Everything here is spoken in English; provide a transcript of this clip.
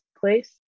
place